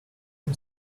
him